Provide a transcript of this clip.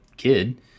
kid